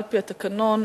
על-פי התקנון,